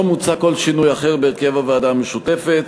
לא מוצע כל שינוי אחר בהרכב הוועדה המשותפת.